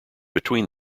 between